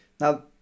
now